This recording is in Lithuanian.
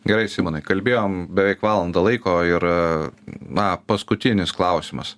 gerai simonai kalbėjom beveik valandą laiko ir na paskutinis klausimas